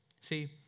See